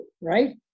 right